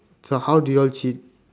so how do you all cheat